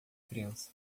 criança